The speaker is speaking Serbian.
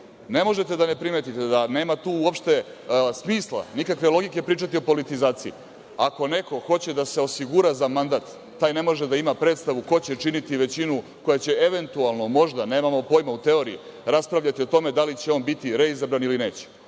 možete da ne primetite da nema tu uopšte smisla, nikakve logike pričati o politizaciji. Ako neko hoće da se osigura za mandat, taj ne može da ima predstavu ko će činiti većinu koja će, eventualno, možda, nemamo pojma, u teoriji, raspravljati o tome da li će on biti reizabran ili neće.